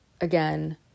again